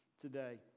today